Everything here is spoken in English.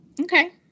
Okay